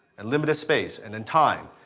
and limited space and then time.